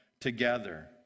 together